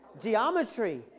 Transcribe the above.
geometry